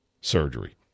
surgery